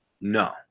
No